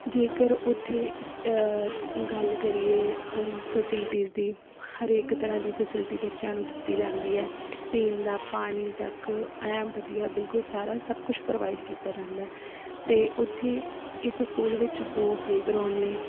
ਜੇਕਰ ਉੱਥੇ ਇਸ ਜ ਅ ਗੱਲ ਕਰੀਏ ਫੈਸਿਲਟੀਜ਼ ਦੀ ਹਰੇਕ ਤਰ੍ਹਾਂ ਦੀ ਫੈਸਿਲਿਟੀ ਬੱਚਿਆਂ ਨੂੰ ਦਿੱਤੀ ਜਾਂਦੀ ਹੈ ਪੀਣ ਦਾ ਪਾਣੀ ਤੱਕ ਐਨ ਵਧੀਆ ਬਿਲਕੁਲ ਸਾਰਾ ਸਭ ਕੁਛ ਪ੍ਰੋਵਾਈਡ ਕੀਤਾ ਜਾਂਦਾ ਹੈ ਅਤੇ ਉੱਥੇ ਇਸ ਸਕੂਲ ਵਿੱਚ ਦੋ ਪਲੇਅਗਰਾਊਂਡ ਨੇ